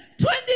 twenty